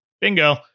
Bingo